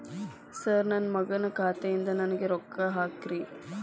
sir ನನ್ನ ಮಗನ ಖಾತೆ ಯಿಂದ ನನ್ನ ಖಾತೆಗ ರೊಕ್ಕಾ ಹಾಕ್ರಿ